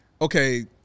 okay